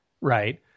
right